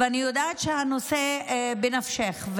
אני יודעת שהנושא בנפשך.